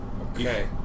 okay